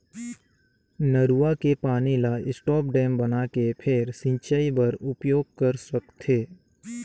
नरूवा के पानी ल स्टॉप डेम बनाके फेर सिंचई बर उपयोग कर सकथे